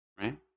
right